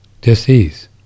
dis-ease